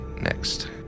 Next